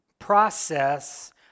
process